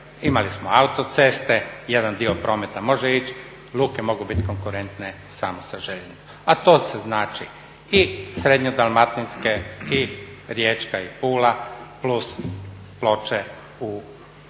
imali smo autoceste, jedan dio prometa može ići, luke mogu biti konkurentne samo sa željeznicom. A to se znači i srednje dalmatinske i riječka i Pula plus Ploče u južnom